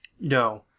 No